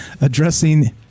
addressing